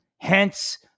Hence